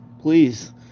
please